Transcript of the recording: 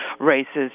races